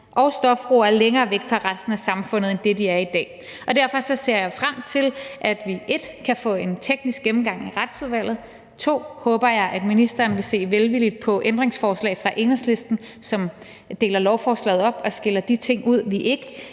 og stofbrugere længere væk for resten af samfundet, end de er i dag. Og derfor ser jeg frem til: 1) at vi kan få en teknisk gennemgang i Retsudvalget, 2) at ministeren vil, det håber jeg, se velvilligt på et ændringsforslag fra Enhedslisten, som deler lovforslaget op og skiller de ting ud, vi ikke